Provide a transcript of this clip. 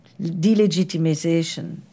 delegitimization